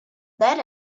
that